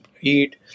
eat